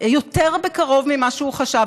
יותר בקרוב ממה שהוא חשב.